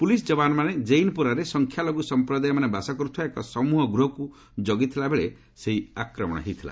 police ଯବାନମାନେ ଜେଇନ୍ପୋରାରେ ସଂଖ୍ୟାଲଘୁ ସଂପ୍ରଦାୟମାନେ ବାସ କରୁଥିବା ଏକ ସମୁହ ଗୃହକୁ ଜଗିଥିଲାବେଳେ ସେହି ଆକ୍ରମଣ ହୋଇଥିଲା